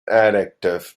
addictive